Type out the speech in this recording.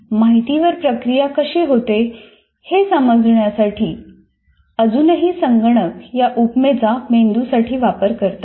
माहितीवर प्रक्रिया कशी होते हे समजावण्यासाठी अजूनही संगणक या उपमेचा मेंदूसाठी वापर करतात